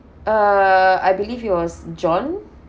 uh I believe he was john